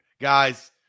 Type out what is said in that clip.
guys